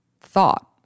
thought